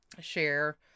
share